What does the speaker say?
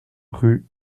rue